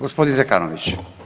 Gospodin Zekanović.